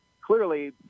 clearly